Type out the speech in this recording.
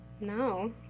No